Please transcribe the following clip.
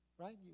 Right